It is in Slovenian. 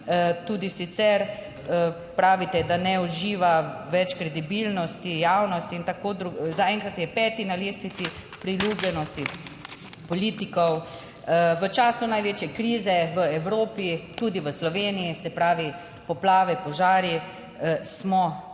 Tudi sicer pravite, da ne uživa več kredibilnosti javnosti in tako, zaenkrat je peti na lestvici priljubljenosti politikov. V času največje krize v Evropi, tudi v Sloveniji, se pravi, poplave, požari, smo